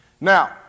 Now